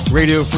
radio